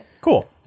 cool